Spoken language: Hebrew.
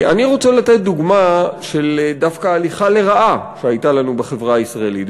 אני רוצה לתת דוגמה של דווקא הליכה לרעה שהייתה לנו בחברה הישראלית.